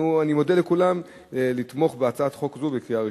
אני מודה לכולם ומבקש לתמוך בהצעת חוק זו בקריאה ראשונה.